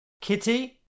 Kitty